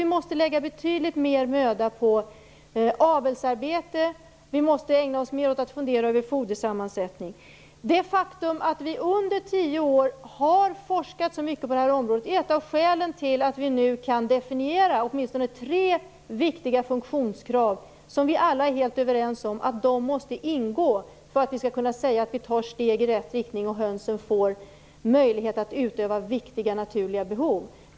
Vi måste lägga betydligt mer möda på att fundera över avelsarbete och fodersammansättning. Det faktum att det under tio år har forskats så mycket på detta område är ett av skälen till att vi nu kan definiera åtminstone tre viktiga funktionskrav, som vi alla är helt överens om måste ingå för att vi skall kunna säga att vi tar steg i rätt riktning och att hönsen får möjlighet att uträtta viktiga naturliga behov.